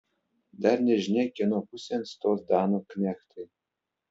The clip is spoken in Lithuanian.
dar nežinia kieno pusėn stos danų knechtai